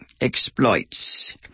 exploits